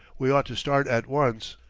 we ought to start at once.